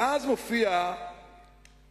ואז מופיע בסיכום